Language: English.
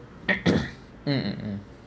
mm mm mm